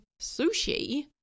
sushi